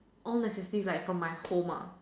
all necessities like from my home ah